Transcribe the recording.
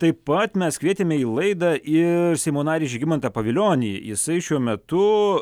taip pat mes kvietėme į laidą ir seimo narį žygimantą pavilionį jisai šiuo metu